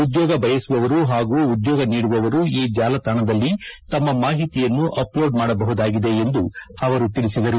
ಉದ್ಯೋಗ ಬಯಸುವವವರು ಹಾಗು ಉದ್ಯೋಗ ನೀಡುವವರು ಈ ಜಾಲತಾಣದಲ್ಲಿ ತಮ್ನ ಮಾಹಿತಿಯನ್ನು ಅಪ್ಲೋಡ್ ಮಾಡಬಹುದಾಗಿದೆ ಎಂದು ಅವರು ತಿಳಿಸಿದರು